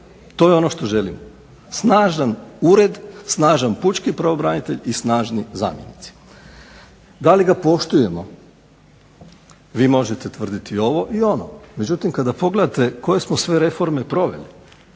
To je ono što želimo. Snažan ured, snažan pučkog pravobranitelja i snažni zamjenici. Da li ga poštujemo? Vi možete tvrditi i ovo i ono. Međutim kaka pogledate koje smo sve reforme proveli